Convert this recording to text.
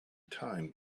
time